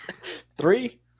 Three